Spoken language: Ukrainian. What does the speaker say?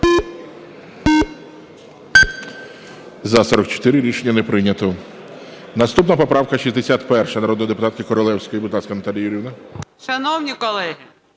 За-44 Рішення не прийнято. Наступна поправка 61 народної депутатки Королевської. Будь ласка, Наталія Юріївна.